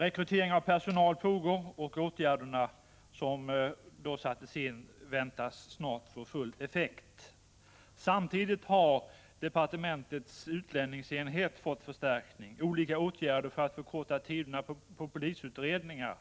Rekrytering av personal pågår, och de åtgärder som har satts in väntas snart få full effekt. Samtidigt har departementets utlänningsenhet fått förstärkning. Olika åtgärder för att förkorta tiderna vid polisutredningar